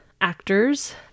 actors